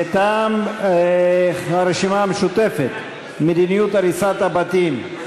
מטעם הרשימה המשותפת: מדיניות הריסת הבתים.